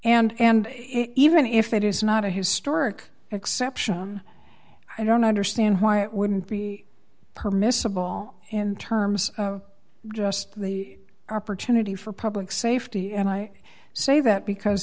s and it even if it is not a historic exception i don't understand why it wouldn't be permissible in terms of just the opportunity for public safety and i say that because